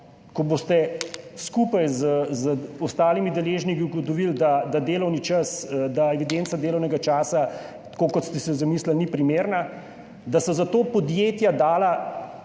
ko boste skupaj z ostalimi deležniki ugotovili, da evidenca delovnega časa tako, kot ste si zamislili, ni primerna, da so za to podjetja dala